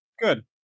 Good